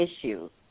issues